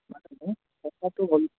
কলপাতটো হ'ল